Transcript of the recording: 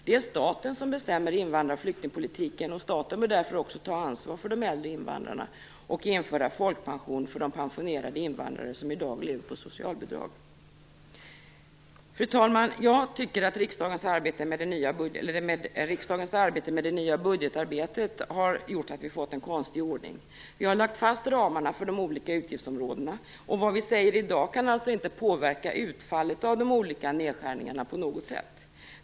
Det är staten som bestämmer invandrar och flyktingpolitiken, och staten bör därför också ta ansvar för de äldre invandrarna och införa folkpension för de pensionerade invandrare som i dag lever på socialbidrag. Fru talman! Jag tycker att riksdagens arbete med det nya budgetarbetet har gjort att vi fått en konstig ordning. Vi har lagt fast ramarna för de olika utgiftsområdena. Vad vi säger i dag kan alltså inte påverka utfallet av de olika nedskärningarna på något sätt.